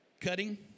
Cutting